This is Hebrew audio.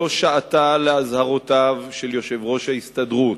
לא שעתה לאזהרותיו של יושב-ראש ההסתדרות,